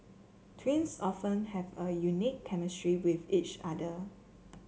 twins often have a unique chemistry with each other